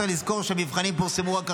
צריך לזכור שהמבחנים פורסמו רק עכשיו,